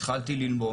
התחלתי לנבור